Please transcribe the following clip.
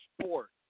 sport